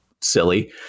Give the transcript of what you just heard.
silly